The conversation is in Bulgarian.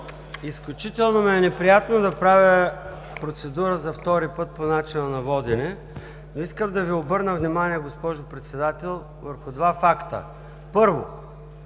Изключително ми е неприятно да правя процедура за втори път по начина на водене, но искам да Ви обърна внимание, госпожо Председател, върху два факта. Първо,